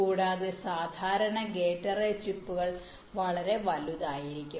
കൂടാതെ സാധാരണ gate array ചിപ്പുകൾ വളരെ വലുതായിരിക്കും